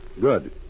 Good